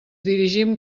dirigim